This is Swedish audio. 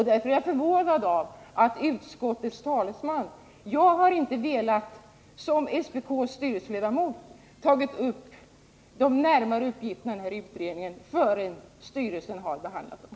Därför är jag förvånad över att utskottets talesman gör så. Såsom ledamot av SPK:s styrelse har jag inte velat närmare kommentera uppgifterna i denna utredning, innan SPK:s styrelse har behandlat dem.